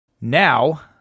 Now